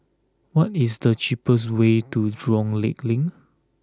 what is the cheapest way to Jurong Lake Link